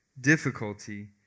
difficulty